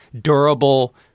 durable